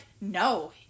no